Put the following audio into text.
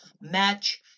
match